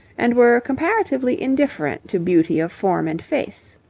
and were comparatively indifferent to beauty of form and face.